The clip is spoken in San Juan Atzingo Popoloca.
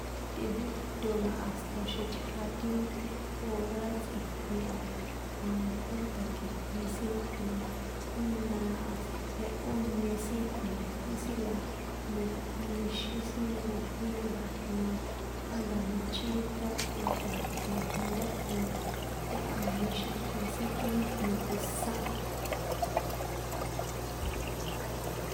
Tꞌejóto na hasta xitja ti hora tsꞌijin a, na ó takjijin sin, na jína hasta ts jehó nie sin o̱ nkojín la nie, niexín nkojín nda̱jna, á nda̱jna chíka, la o̱ nda̱jna ntájno táha niexíko sin ti niotosán a.